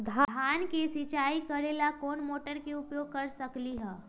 धान के सिचाई ला कोंन मोटर के उपयोग कर सकली ह?